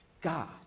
God